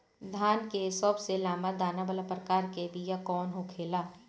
धान के सबसे लंबा दाना वाला प्रकार के बीया कौन होखेला?